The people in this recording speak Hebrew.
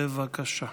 בבקשה.